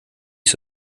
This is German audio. ich